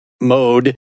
mode